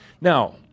now